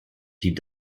die